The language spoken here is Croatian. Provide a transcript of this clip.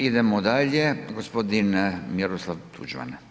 Idemo dalje, gospodin Miroslav Tuđman.